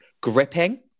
gripping